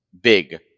big